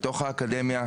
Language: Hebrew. בתוך האקדמיה,